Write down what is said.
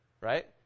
right